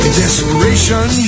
desperation